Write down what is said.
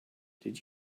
did